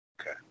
Okay